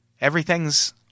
Everything's